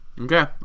Okay